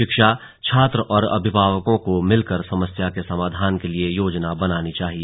शिक्षक छात्र और अभिवावकों को मिलकर समस्या के समाधान के लिए योजना बनानी चाहिए